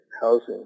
housing